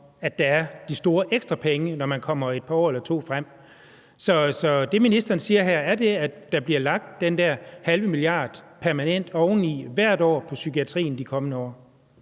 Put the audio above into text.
om der er de store ekstra penge, når man kommer et par år eller to frem. Så er det, ministeren siger her, at der bliver lagt den der halve milliard kroner permanent oveni hvert år på psykiatrien de kommende år?